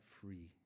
free